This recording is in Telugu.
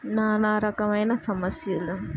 నానా రకమైన సమస్యలు